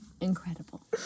incredible